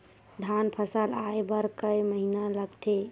धान फसल आय बर कय महिना लगथे?